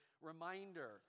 reminder